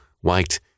white